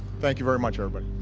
thank you very much, everybody.